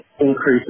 increases